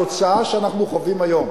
התוצאה שאנחנו חווים היום,